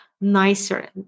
nicer